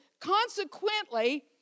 consequently